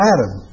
Adam